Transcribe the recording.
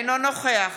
אינו נוכח